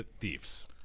thieves